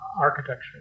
architecture